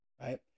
Right